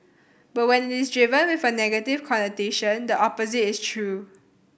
but when it is driven with a negative connotation the opposite is true